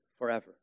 Forever